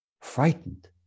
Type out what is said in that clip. frightened